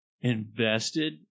invested